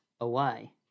away